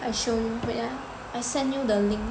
I show you wait ah I send you the link